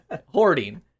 Hoarding